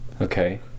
Okay